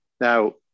Now